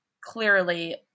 clearly